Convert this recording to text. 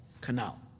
canal